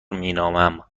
مینامم